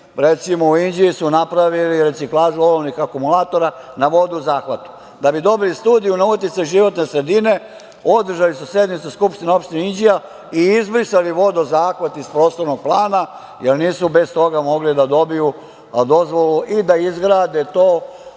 primer. Recimo, u Inđiji su napravili reciklažu olovnih akumulatora na vodozahvatu. Da bi dobili studiju na uticaj životne sredine, održali su sednicu Skupštine opštine Inđija i izbrisali vodozahvat iz prostornog plana, jer nisu bez toga mogli da dobiju dozvolu i da izgrade to